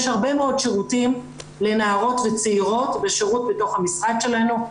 יש הרבה מאוד שירותים לנערות וצעירות בשירות בתוך המשרד שלנו,